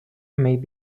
might